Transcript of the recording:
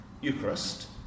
Eucharist